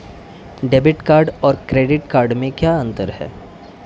Debit card और credit card में क्या अंतर है?